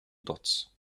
dots